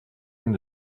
une